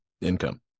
income